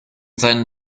seinen